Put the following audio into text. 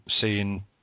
seeing